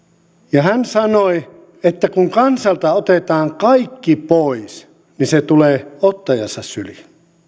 ja hän sanoi että kun kansalta otetaan kaikki pois niin se tulee ottajansa syliin